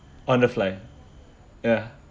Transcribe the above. on the fly ya